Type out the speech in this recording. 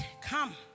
Come